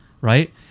right